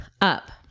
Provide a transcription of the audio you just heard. up